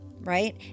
right